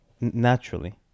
Naturally